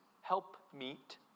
helpmeet